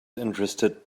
interested